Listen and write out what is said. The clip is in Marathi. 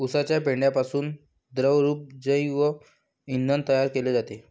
उसाच्या पेंढ्यापासून द्रवरूप जैव इंधन तयार केले जाते